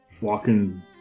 walking